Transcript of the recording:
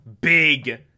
big